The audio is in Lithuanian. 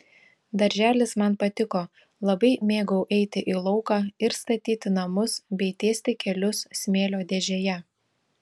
darželis man patiko labai mėgau eiti į lauką ir statyti namus bei tiesti kelius smėlio dėžėje